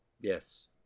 Yes